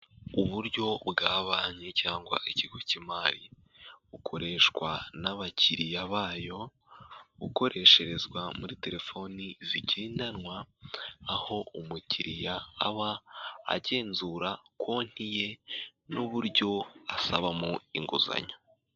Uburyo bwa banki se cyangwa ikigo cy'imari, bukoreshwa n'abakiriya bayo, bukoreshezwa muri telefoni zigendanwa, aho umukiriya aba agenzura konti ye n'uburyo asabamo inguzanyo.